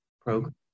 program